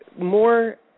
more